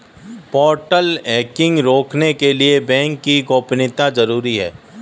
portal hacking रोकने के लिए बैंक की गोपनीयता जरूरी हैं